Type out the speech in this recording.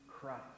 Christ